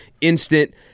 instant